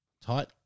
Tight